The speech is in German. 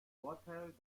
vorteil